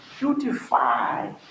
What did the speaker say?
beautify